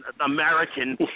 American